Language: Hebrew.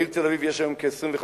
בעיר תל-אביב יש היום כ-25,000.